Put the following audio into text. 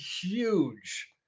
huge